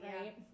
right